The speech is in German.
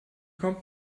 kommt